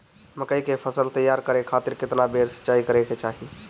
मकई के फसल तैयार करे खातीर केतना बेर सिचाई करे के चाही?